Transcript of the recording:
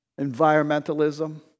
environmentalism